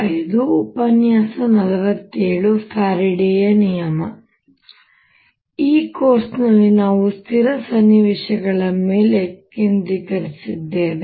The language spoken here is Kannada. ಫ್ಯಾರಡೆ ಯ ನಿಯಮ ಆದ್ದರಿಂದ ಈ ಕೋರ್ಸ್ನಲ್ಲಿ ನಾವು ಸ್ಥಿರ ಸನ್ನಿವೇಶಗಳ ಮೇಲೆ ಕೇಂದ್ರೀಕರಿಸಿದ್ದೇವೆ